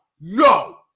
no